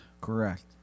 Correct